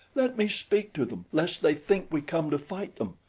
let me speak to them lest they think we come to fight them.